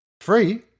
Free